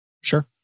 Sure